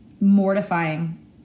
Mortifying